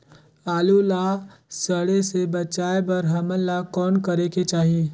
आलू ला सड़े से बचाये बर हमन ला कौन करेके चाही?